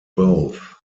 both